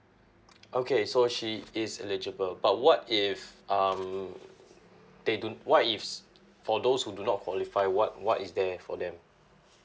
okay so she is eligible about what if um they don't what if for those who do not qualify what what is there for them